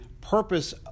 purpose